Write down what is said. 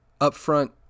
upfront